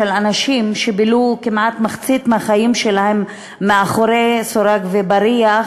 אנשים שבילו כמעט מחצית מהחיים שלהם מאחורי סורג ובריח